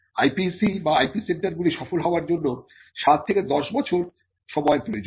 IPC বা IP centre গুলি সফল হবার জন্য 7 থেকে 10 বছর সময় প্রয়োজন